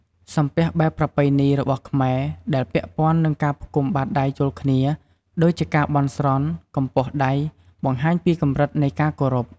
សំពះបែបប្រពៃណីរបស់ខ្មែរ ដែលពាក់ព័ន្ធនឹងការផ្គុំបាតដៃចូលគ្នា ដូចជាការបន់ស្រន់ កម្ពស់ដៃបង្ហាញពីកម្រិតនៃការគោរព។